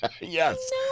Yes